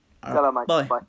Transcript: Bye